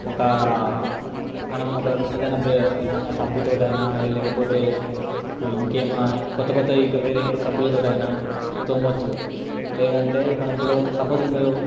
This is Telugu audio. ఒక మనము ఒక ఏదన్న ఏదన్న సబ్బుతోటి అయినా లేకపోతే ఇంకేమైనా కొత్త కొత్త ఇంకా వేరే సబ్బులతోటి అయినా తోమోచ్చు లేదంటే మనం ఇప్పుడు సప్పొజ్ మీరు